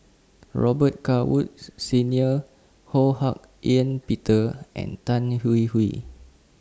Robet Carr Woods Senior Ho Hak Ean Peter and Tan Hwee Hwee